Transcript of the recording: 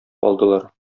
алдылар